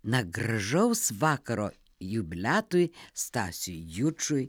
na gražaus vakaro jubiliatui stasiui jučui